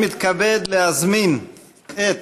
אני מתכבד להזמין את